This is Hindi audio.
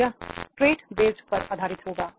तो यह ट्रेट बेस्ड पर आधारित होगा